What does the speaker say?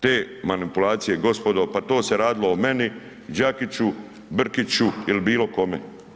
Te manipulacije gospodo, pa to se radilo o meni, Đakić, Brkiću ili bilo kome.